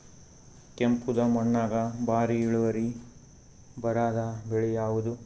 ಕೆಂಪುದ ಮಣ್ಣಾಗ ಭಾರಿ ಇಳುವರಿ ಬರಾದ ಬೆಳಿ ಯಾವುದು?